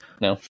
no